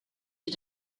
est